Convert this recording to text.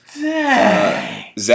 Zach